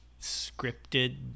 scripted